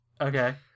Okay